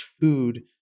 food